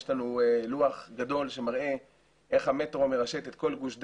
יש לנו לוח גדול שמראה איך המטרו מרשתת את כל גוש דן,